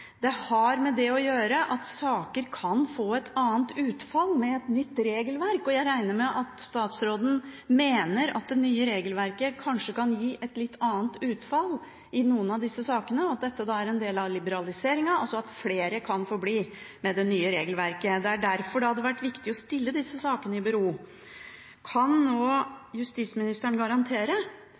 Det har med det å gjøre at saker kan få et annet utfall med et nytt regelverk. Jeg regner med at statsråden mener at det nye regelverket kanskje kan gi et litt annet utfall i noen av disse sakene, og at dette er en del av liberaliseringen, altså at flere kan få bli med det nye regelverket. Det er derfor det hadde vært riktig å stille disse sakene i bero. Kan justisministeren nå garantere